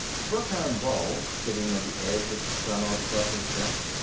verkan vall, sitting on the edge of stranor sleth's desk,